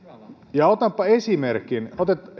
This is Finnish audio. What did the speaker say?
ja otanpa esimerkin